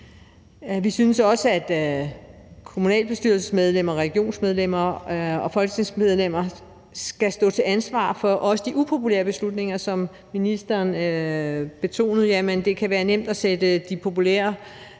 Vi synes også, at kommunalbestyrelsesmedlemmer og regionsrådsmedlemmer og folketingsmedlemmer skal stå til ansvar for også de upopulære beslutninger, hvilket ministeren betonede. Det kan være nemt at sætte de populære beslutninger